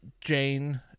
Jane